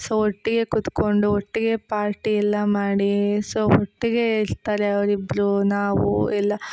so ಒಟ್ಟಿಗೆ ಕುತ್ಕೊಂಡು ಒಟ್ಟಿಗೆ ಪಾರ್ಟಿ ಎಲ್ಲ ಮಾಡಿ ಸೊ ಒಟ್ಟಿಗೆ ಇರ್ತಾಲೆ ಅವ್ರಿಬ್ಲು ನಾವು ಎಲ್ಲ